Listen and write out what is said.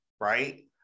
Right